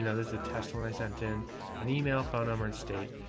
know, this is a test when i sent in an email, phone number and state.